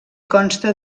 consta